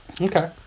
Okay